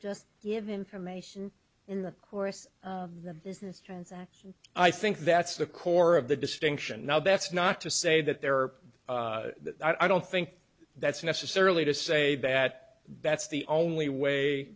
just give information in the course of the business transaction i think that's the core of the distinction now that's not to say that there are i don't think that's necessarily to say that that's the only way